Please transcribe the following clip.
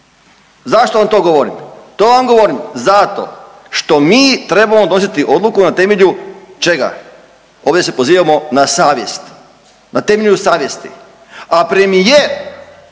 Zašto vam to govorim? To vam govorim zato što mi trebamo donositi odluku na temelju čega? Ovdje se pozivamo na savjest, na temelju savjesti. A premijer